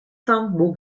van